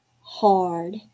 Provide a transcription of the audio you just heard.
hard